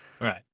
Right